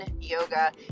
yoga